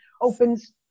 opens